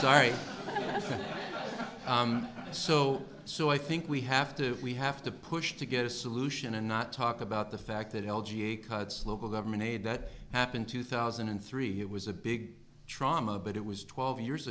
sorry so so i think we have to if we have to push to get a solution and not talk about the fact that l g a cuts local government aid that happened two thousand and three it was a big trauma but it was twelve years